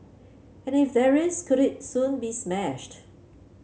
and if there is could it soon be smashed